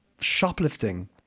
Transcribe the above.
shoplifting